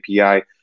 API